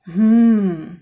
mmhmm